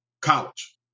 college